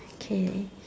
okay